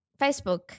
Facebook